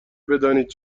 بدانید